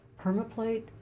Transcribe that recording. permaplate